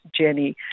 Jenny